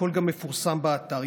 הכול גם מפורסם באתר.